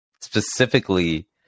specifically